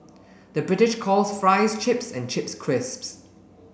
the British calls fries chips and chips crisps